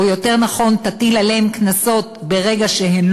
או יותר נכון תטיל עליהם קנסות ברגע שהם